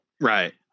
Right